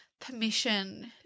permission